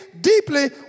deeply